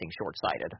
short-sighted